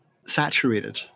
saturated